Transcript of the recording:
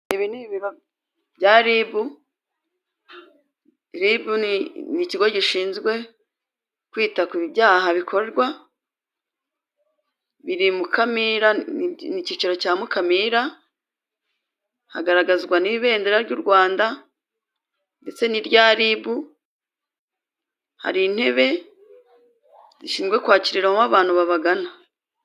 Ibi ni Ibiro bya RIB. RIB ni ikigo gishinzwe kwita ku byaha bikorwa. Biri Mukamira, icyicaro cya Mukamira. Hagaragazwa n'ibendera ry'u Rwanda ndetse n'irya RIB. Hari intebe zishinzwe kwakiriramo abantu babagana.